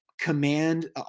command